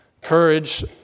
courage